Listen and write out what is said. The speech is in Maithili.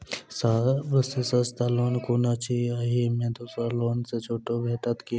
सब सँ सस्ता लोन कुन अछि अहि मे दोसर लोन सँ छुटो भेटत की?